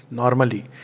normally